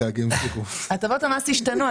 הטבות המס השתנו.